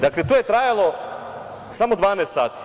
Dakle, to je trajalo samo 12 sati.